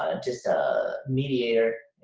ah just a mediator.